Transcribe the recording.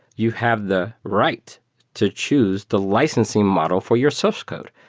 you have the right to choose the licensing model for your source code.